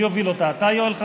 דבר אליו, כמו גמד, כמו גמד.